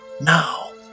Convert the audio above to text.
Now